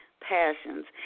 passions